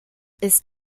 ist